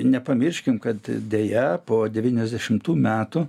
nepamirškim kad deja po devyniasdešimtų metų